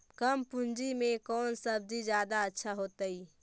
कम पूंजी में कौन सब्ज़ी जादा अच्छा होतई?